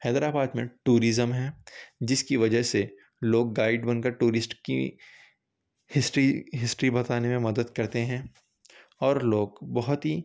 حیدر آباد میں ٹوریزم ہے جس کی وجہ سے لوگ گائیڈ بن کر ٹورسٹ کی ہسٹری ہسٹری بتانے میں مدد کرتے ہیں اور لوگ بہت ہی